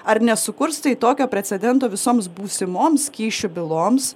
ar nesukurs tai tokio precedento visoms būsimoms kyšių byloms